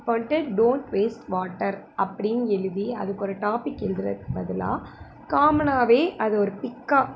இப்போ வந்துட்டு don't waste water அப்படின்னு எழுதி அதுக்கு ஒரு டாப்பிக் எழுதுறதுக்கு பதிலாக காமனாகவே அது ஒரு பிக்காக